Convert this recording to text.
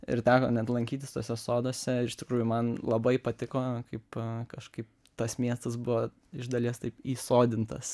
ir teko lankytis tuose soduose iš tikrųjų man labai patiko kaip kažkaip tas miestas buvo iš dalies taip įsodintas